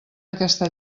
aquesta